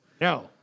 No